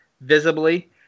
visibly